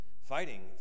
fighting